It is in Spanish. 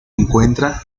encuentra